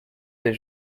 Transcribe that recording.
des